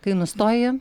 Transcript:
kai nustoji